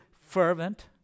fervent